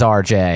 rj